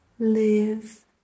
Live